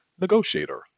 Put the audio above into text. negotiator